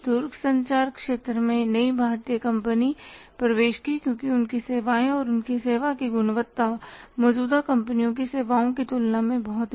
दूरसंचार क्षेत्र में एक नई भारतीय कंपनी प्रवेश की क्योंकि उनकी सेवाएं और उनकी सेवा की गुणवत्ता मौजूदा कंपनियों की सेवाओं की तुलना में बहुत सस्ती थी